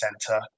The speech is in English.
center